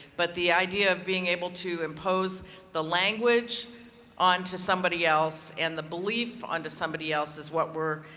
but the idea of being able to impose the language onto somebody else and the belief onto somebody else is what we're